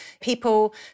people